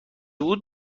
بود